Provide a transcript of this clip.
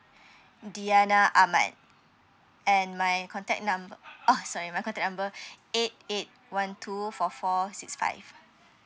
diana ahmad and my contact number oh sorry my contact number eight eight one two four four six five